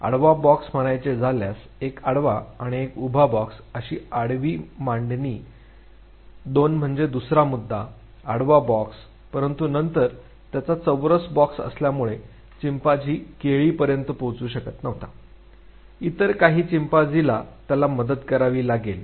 आडवा बॉक्स म्हणायचे झाल्यास एक आडवा आणि एक उभा बॉक्स अशी आडवी मांडणी दोन म्हणजे दुसरा सुद्धा आडवा बॉक्स परंतु नंतर त्याचा चौरस बॉक्स असल्यामुळे चिंपांझी केळीपर्यंत पोहोचू शकत नव्हता इतर काही चिंपांझीला त्याला मदत करावी लागेल